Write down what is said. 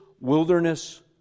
wilderness